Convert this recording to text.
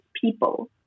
people